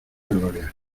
gloria